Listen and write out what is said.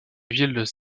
est